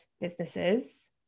businesses